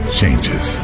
changes